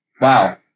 wow